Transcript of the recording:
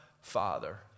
Father